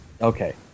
Okay